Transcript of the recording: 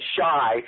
shy